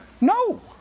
no